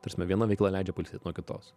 ta prasme viena veikla leidžia pailsėt nuo kitos